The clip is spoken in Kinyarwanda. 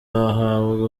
wahabwa